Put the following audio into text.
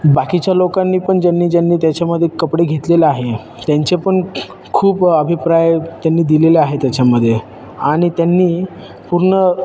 बाकीच्या लोकांनी पण ज्यांनी ज्यांनी त्याच्यामध्ये कपडे घेतलेलं आहे त्यांचे पण खूप अभिप्राय त्यांनी दिलेले आहे त्याच्यामध्ये आणि त्यांनी पूर्ण